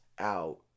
out